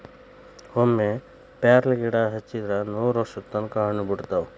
ಒಮ್ಮೆ ಪ್ಯಾರ್ಲಗಿಡಾ ಹಚ್ಚಿದ್ರ ನೂರವರ್ಷದ ತನಕಾ ಹಣ್ಣ ಬಿಡತಾವ